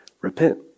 Repent